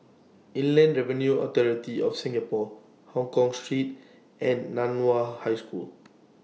Inland Revenue Authority of Singapore Hongkong Street and NAN Hua High School